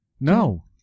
No